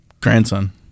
grandson